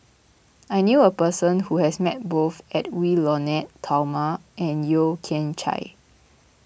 I knew a person who has met both Edwy Lyonet Talma and Yeo Kian Chye